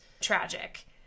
tragic